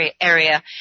area